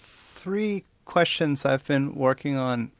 three questions i've been working on.